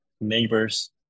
neighbors